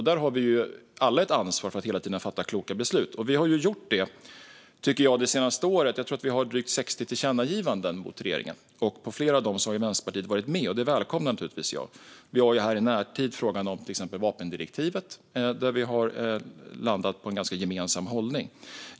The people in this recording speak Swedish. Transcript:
Där har vi alla ett ansvar att hela tiden fatta kloka beslut. Det har vi, tycker jag, gjort det senaste året. Jag tror att vi har riktat drygt 60 tillkännagivanden till regeringen. Vänsterpartiet har varit med på flera av dem, och det välkomnar jag naturligtvis. Vi har i närtid till exempel frågan om vapendirektivet, där vi har landat i en ganska gemensam hållning.